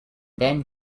then